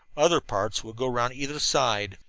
other parts would go around either side,